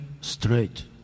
straight